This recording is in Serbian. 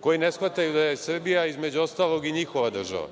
koji ne shvataju da je Srbija između ostalog i njihova država